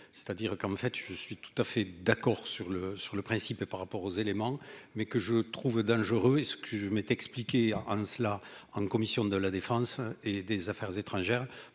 C'est-à-dire qu'en fait je suis tout à fait d'accord sur le, sur le principe mais par rapport aux éléments mais que je trouve dangereux et ce que je mette expliqué Hans là en commission de la Défense et des Affaires étrangères